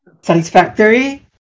satisfactory